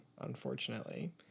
unfortunately